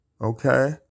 Okay